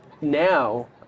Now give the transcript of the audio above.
now